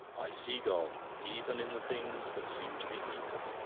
i see god, even in the things that seem to be evil.